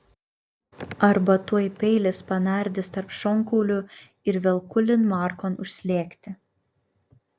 arba tuoj peilis panardys tarp šonkaulių ir velku linmarkon užslėgti